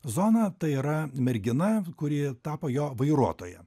zoną tai yra mergina kuri tapo jo vairuotoja